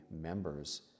members